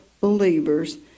believers